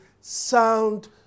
sound